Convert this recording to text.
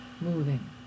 moving